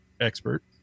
expert